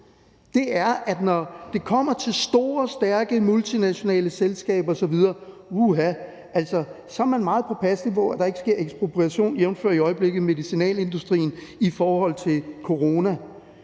Det er, at når det kommer til store, stærke multinationale selskaber osv., så uha, er man meget påpasselig med, at der ikke sker ekspropriation, jævnfør i øjeblikket medicinalindustrien i forhold til corona.